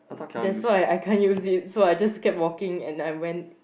that's why I can't use it so I just keep walking and I went